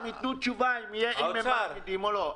הם ייתנו תשובה אם הם מעמידים או לא.